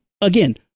again